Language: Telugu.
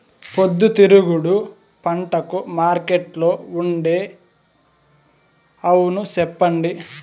పొద్దుతిరుగుడు పంటకు మార్కెట్లో ఉండే అవును చెప్పండి?